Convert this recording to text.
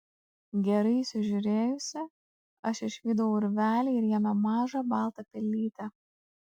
gerai įsižiūrėjusi aš išvydau urvelį ir jame mažą baltą pelytę